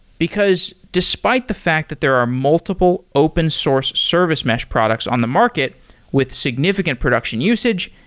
because despite the fact that there are multiple open source service mesh products on the market with significant production usage,